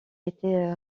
été